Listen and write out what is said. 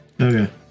Okay